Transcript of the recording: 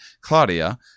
Claudia